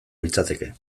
litzateke